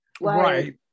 right